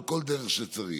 שצריך.